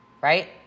right